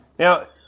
Now